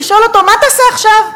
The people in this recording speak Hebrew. לשאול אותו: מה תעשה עכשיו?